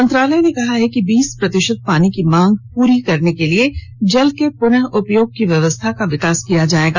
मंत्रालय ने कहा है कि बीस प्रतिशत पानी की मांग को पूरा करने के लिए जल के पूनः उपयोग की व्यवस्था का विकास किया जाएगा